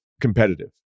competitive